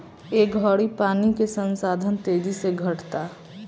ए घड़ी पानी के संसाधन तेजी से घटता